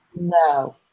No